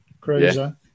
Cruiser